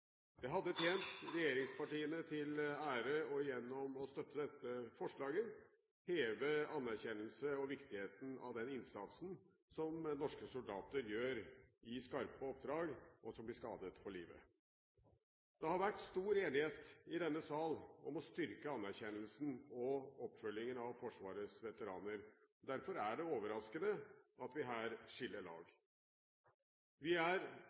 Det hadde tjent regjeringspartiene til ære å støtte dette forslaget og gjennom det heve anerkjennelsen og viktigheten av den innsatsen som norske soldater gjør i skarpe oppdrag, og når de blir skadet for livet. Det har vært stor enighet i denne sal om å styrke anerkjennelsen og oppfølgingen av Forsvarets veteraner. Derfor er det overraskende at vi her skiller lag. Vi er